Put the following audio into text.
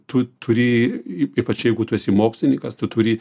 tu turėjai ypač jeigu tu esi mokslininkas tu turi